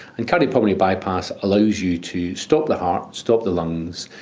and cardiopulmonary bypass allows you to stop the heart, stop the lungs,